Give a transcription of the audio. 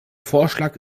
vorschlag